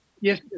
Yes